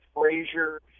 Frazier